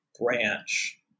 branch